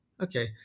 okay